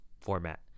format